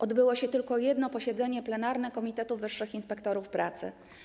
Odbyło się tylko jedno posiedzenie plenarne Komitetu Wyższych Inspektorów Pracy.